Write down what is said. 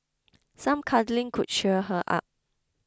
some cuddling could cheer her up